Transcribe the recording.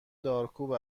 دارکوب